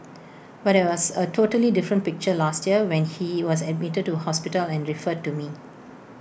but IT was A totally different picture last year when he was admitted to hospital and referred to me